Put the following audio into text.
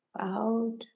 out